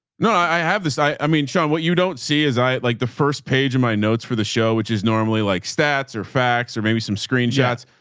no, i have this. i mean, sean, what you don't see is i like the first page in my notes for the show, which is normally like stats or facts or maybe some screenshots.